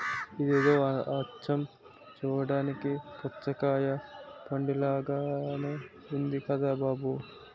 ఇదేదో అచ్చం చూడ్డానికి పుచ్చకాయ పండులాగే ఉంది కదా బాబూ